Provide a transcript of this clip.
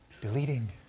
deleting